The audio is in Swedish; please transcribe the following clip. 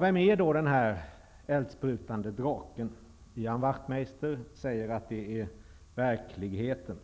Vem är då denna eldsprutande drake? Ian Wachtmeister säger att det är verkligheten.